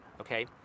Okay